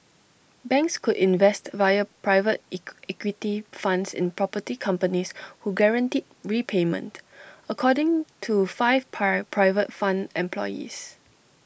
banks could invest via private IT equity funds in property companies who guaranteed repayment according to five per private fund employees